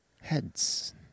heads